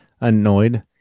Annoyed